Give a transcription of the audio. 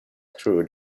through